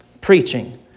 preaching